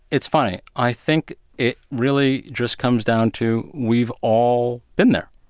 it's funny. i think it really just comes down to we've all been there.